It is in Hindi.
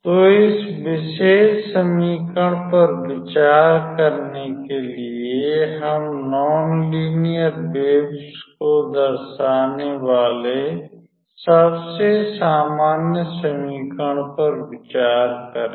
तो इस विशेष समीकरण पर विचार करने के लिए हम नॉन लीनियर वेव् को दर्शाने वाले सबसे सामान्य समीकरण पर विचार करें